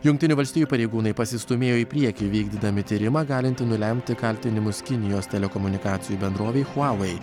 jungtinių valstijų pareigūnai pasistūmėjo į priekį vykdydami tyrimą galintį nulemti kaltinimus kinijos telekomunikacijų bendrovei huawei